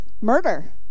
murder